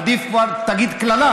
עדיף כבר שתגיד קללה,